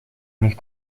nich